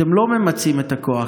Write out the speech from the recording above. אתם לא ממצים את הכוח.